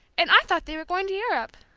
and i thought they were going to europe!